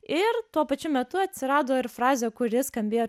ir tuo pačiu metu atsirado ir frazė kuri skambėjo